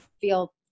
feel